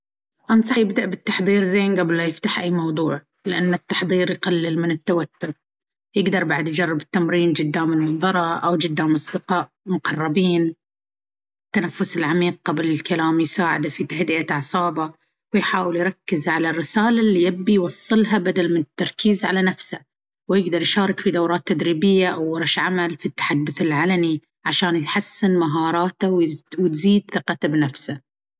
أنصحه يبدأ بالتحضير زين قبل لا يفتح اي موضوع، لأن التحضير يقلل من التوتر. يقدر بعد يجرب التمرين جدام المنظرة أو جدام أصدقاء مقربين. التنفس العميق قبل الكلام يساعده في تهدئة أعصابه. و يحاول يركز على الرسالة اللي يبي يوصلها بدل من التركيز على نفسه. ويقدر يشارك في دورات تدريبية أو ورش عمل في التحدث العلني عشان يحسن مهاراته وتزيد ثقته بنفسه.